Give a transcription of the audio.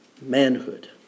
manhood